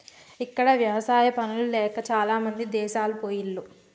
ఇక్కడ ఎవసాయా పనులు లేక చాలామంది దేశాలు పొయిన్లు